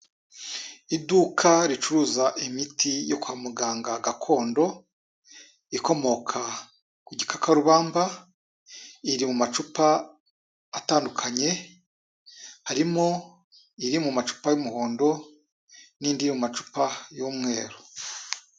Iduka ricuruza imiti yo kwa muganga gakondo, ikomoka ku gikakarubamba, iri mu macupa atandukanye harimo iri mu macupa y'umuhondo, n'indi yo mu macupa y'umweru.